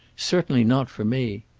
certainly not for me.